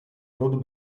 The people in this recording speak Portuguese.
todo